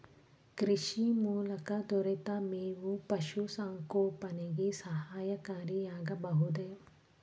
ಕೃಷಿ ಮೂಲಕ ದೊರೆತ ಮೇವು ಪಶುಸಂಗೋಪನೆಗೆ ಸಹಕಾರಿಯಾಗಬಹುದೇ?